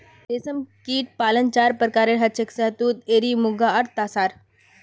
रेशमकीट पालन चार प्रकारेर हछेक शहतूत एरी मुगा आर तासार